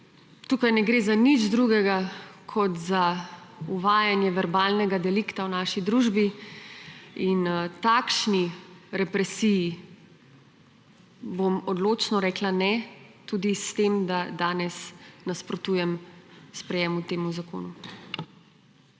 Tukaj ne gre za nič drugega kot za uvajanje verbalnega delikta v naši družbi in takšni represiji bom odločno rekla ne tudi s tem, da danes nasprotujem sprejetju tega zakona.